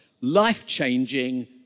life-changing